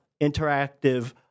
interactive